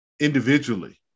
individually